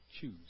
choose